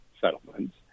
settlements